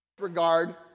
regard